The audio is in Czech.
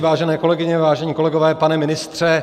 Vážené kolegyně, vážení kolegové, pane ministře.